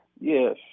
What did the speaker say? Yes